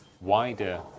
wider